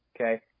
Okay